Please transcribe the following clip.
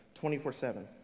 24/7